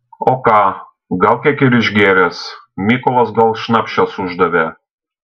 o ką gal kiek ir išgėręs mykolas gal šnapšės uždavė